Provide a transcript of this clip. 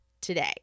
today